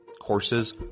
Courses